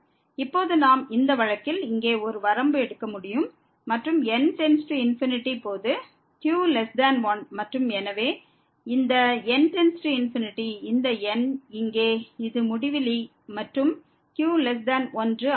இப்போது நாம் இந்த வழக்கில் இங்கே ஒரு வரம்பு எடுக்க முடியும் மற்றும் n→∞ போது q1 மற்றும் எனவே இந்த n→∞ இந்த n இங்கே அது முடிவிலி மற்றும் q1 செல்கிறது